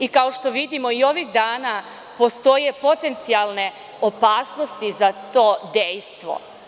I kao što vidimo i ovih dana postoje potencijalne opasnosti za to dejstvo.